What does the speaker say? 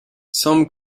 some